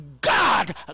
God